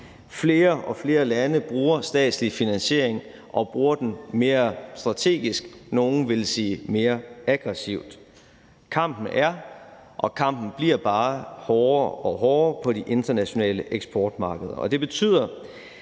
Flere og flere lande bruger statslig finansiering, og de bruger den mere strategisk – nogle vil sige mere aggressivt. Kampen er og bliver bare hårdere og hårdere på de internationale eksportmarkeder.